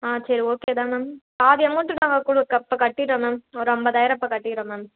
ஆ சரி ஓகே தான் மேம் பாதி அமௌண்ட்டு நாங்கள் இப்போ கட்டிடுறோம் மேம் ஒரு ஐம்பதாயிரம் இப்போ கட்டிடுறோம் மேம்